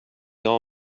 all